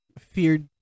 feared